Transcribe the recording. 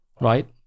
right